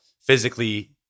physically